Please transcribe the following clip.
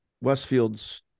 Westfield's